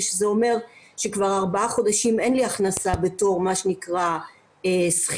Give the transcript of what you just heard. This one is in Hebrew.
וזה אומר שכבר ארבעה חודשים אין לי הכנסה בתור מה שנקרא שכירה.